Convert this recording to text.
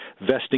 vesting